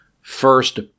first